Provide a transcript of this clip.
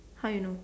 how you know